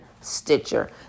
stitcher